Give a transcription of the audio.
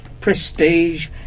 prestige